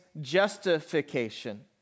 justification